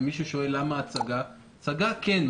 ומי ששואל למה הצגה הצגה כן,